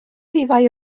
rhifau